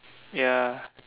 ya